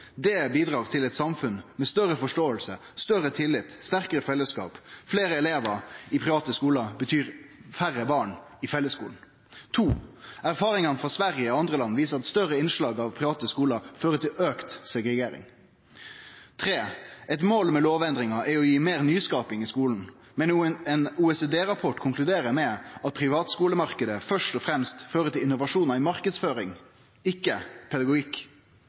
Det bidreg til eit samfunn med større forståing, større tillit og sterkare fellesskap. Fleire elevar i private skular betyr færre barn i fellesskulen. Erfaringane frå Sverige og andre land viser at større innslag av private skular fører til auka segregering. Eit mål med lovendringa er å gje meir nyskaping i skulen. Men ein OECD-rapport konkluderer med at privatskulemarknaden først og fremst fører til innovasjonar i marknadsføring, ikkje pedagogikk.